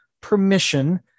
permission